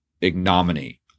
ignominy